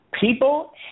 People